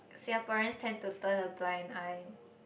Singaporeans tend to turn a blind eye